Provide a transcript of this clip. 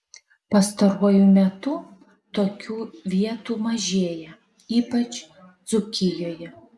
pastaruoju metu tokių vietų mažėja ypač dzūkijoje